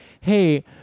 hey